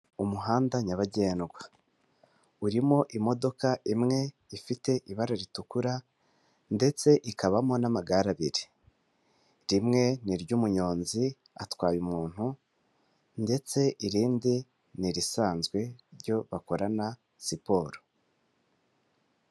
Umuhanda nyabagendwa. Urimo imodoka imwe ifite ibara ritukura ndetse ikabamo n'amagare abiri. Rimwe ni iry'umuyonzi atwaye umuntu ndetse irindi ni irisanzwe ryo bakorana siporo.